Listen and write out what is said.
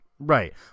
Right